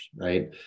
right